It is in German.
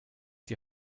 die